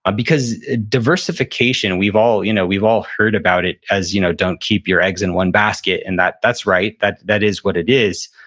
ah because diversification, we've all you know we've all heard about it as you know don't keep your eggs in one basket, and that's right. that that is what it is.